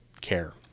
care